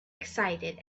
excited